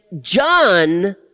John